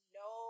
no